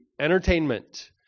entertainment